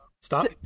stop